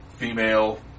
female